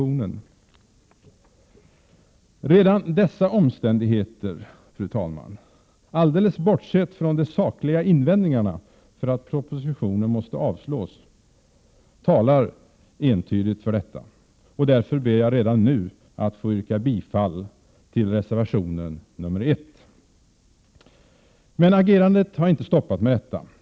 Redan dessa omständigheter talar, alldeles bortsett från de sakliga invändningarna, för att propositionen måste avslås. Därför ber jag redan nu att få yrka bifall till reservation nr 1. Agerandet har emellertid inte stoppat med detta.